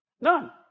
None